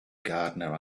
gardener